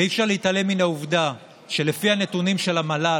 אי-אפשר להתעלם מן העובדה שלפי הנתונים של המל"ל,